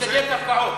שודדי קרקעות.